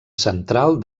central